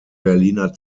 berliner